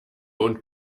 und